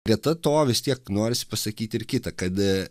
greta to vis tiek norisi pasakyti ir kita kad